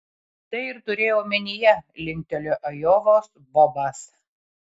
tai ir turėjau omenyje linktelėjo ajovos bobas